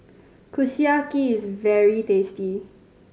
kushiyaki is very tasty